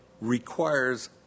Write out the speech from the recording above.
requires